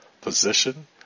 position